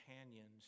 companions